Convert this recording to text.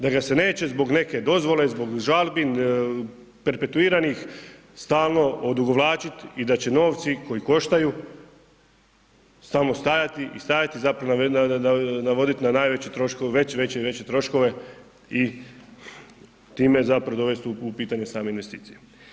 Da ga se neće zbog neke dozvole, zbog žalbi perpetuiranih stalo odugovlačit i da će novci koji koštaju samo stajati i stajati zapravo navodit na najveće troškove, veće i veće troškove i time zapravo dovesti u pitanje same investicije.